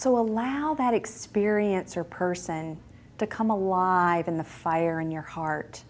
so allow that experience or person to come alive in the fire in your heart